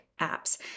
apps